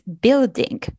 building